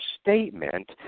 statement